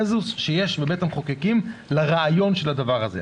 קונצנזוס בבית המחוקקים לרעיון של הדבר הזה.